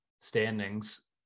standings